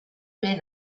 men